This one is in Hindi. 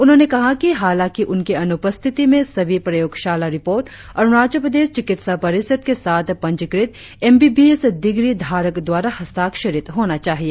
उन्होंने कहा कि हालांकि उनके अनुपस्थिति में सभी प्रयोगशाला रिपोर्ट अरुणाचल प्रदेश चिकित्सा परिषद के साथ पंजीकृत M B B S degree धारक द्वारा हस्ताक्षरित होना चाहिए